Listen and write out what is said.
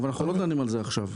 אבל אנחנו לא דנים על זה עכשיו.